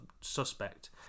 suspect